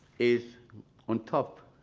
is on top,